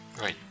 Right